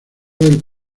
del